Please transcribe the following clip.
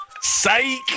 sake